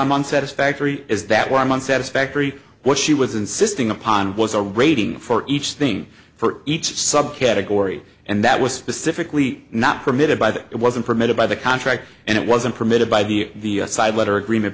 i'm on satisfactory is that what i'm on satisfactory what she was insisting upon was a rating for each thing for each subcategory and that was specifically not permitted by that it wasn't permitted by the contract and it wasn't permitted by the side letter agreement